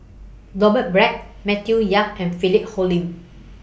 Robert Black Matthew Yap and Philip Hoalim